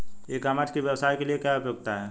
E commerce की व्यवसाय के लिए क्या उपयोगिता है?